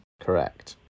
Correct